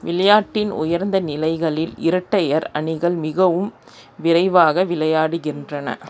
விளையாட்டின் உயர்ந்த நிலைகளில் இரட்டையர் அணிகள் மிகவும் விரைவாக விளையாடுகின்றன